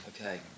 Okay